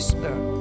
Spirit